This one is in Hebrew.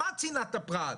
מה צנעת הפרט?